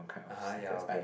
(uh huh) ya okay